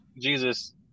Jesus